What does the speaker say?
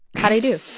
how'd i do?